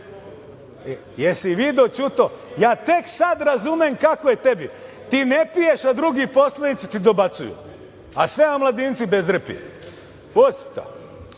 si video Ćuto? Ja tek sada razumem kako je tebi ti ne piješ, a drugi poslanici ti dobacuju, a sve omladinci bezrepi, pusti